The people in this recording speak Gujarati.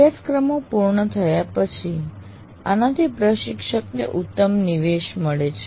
અભ્યાસક્રમ પૂર્ણ થયા પછી આનાથી પ્રશિક્ષકને ઉત્તમ નિવેશ મળે છે